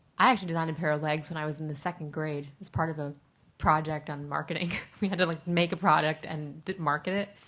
i actually designed a pair of legs when i was in the second grade, part of a project on marketing. we had to like make a product and market it.